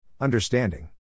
Understanding